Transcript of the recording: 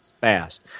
fast